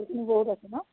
এইখিনি বহুত আছে ন